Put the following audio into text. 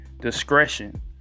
discretion